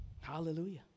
Hallelujah